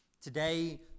Today